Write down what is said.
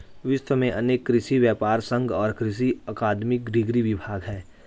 विश्व में अनेक कृषि व्यापर संघ और कृषि अकादमिक डिग्री विभाग है